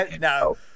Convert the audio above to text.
No